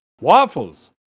waffles